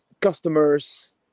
customers